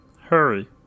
Hurry